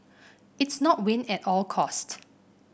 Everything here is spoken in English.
it's not win at all cost